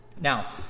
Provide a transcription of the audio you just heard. Now